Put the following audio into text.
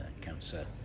cancer